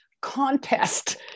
contest